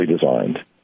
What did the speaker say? designed